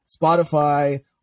Spotify